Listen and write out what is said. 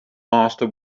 master